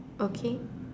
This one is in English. okay